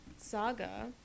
Saga